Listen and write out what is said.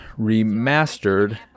Remastered